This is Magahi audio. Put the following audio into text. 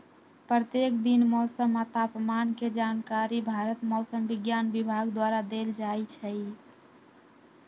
प्रत्येक दिन मौसम आ तापमान के जानकारी भारत मौसम विज्ञान विभाग द्वारा देल जाइ छइ